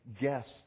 guest